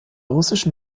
russischen